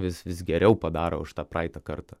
vis vis geriau padaro už tą praeitą kartą